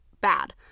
bad